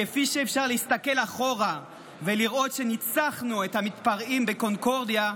כפי שאפשר להסתכל אחורה ולראות שניצחנו את המתפרעים בקונקורדיה,